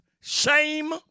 shame